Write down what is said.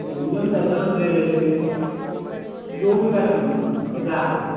minimum ଚାରିଜଣ ଫ୍ରିରେ ଯାଇପାରିବେ ଯେଉଁ ବି କାର୍ କିଣନ୍ତୁ ସେ ଯାହା ହେଉ